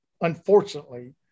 unfortunately